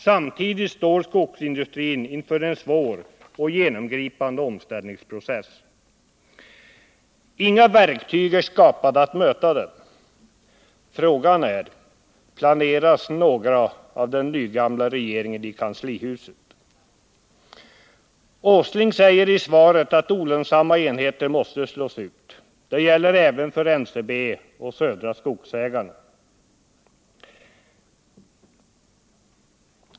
Samtidigt står skogsindustrin inför en svår och genomgripande omställningsprocess. Inga verktyg är skapade att möta den. Frågan är: Planeras några sådana av den nygamla regeringen i kanslihuset? Industriministern säger i svaret att olönsamma enheter måste slås ut. Det gäller även för NCB och Södra Skogsägarna.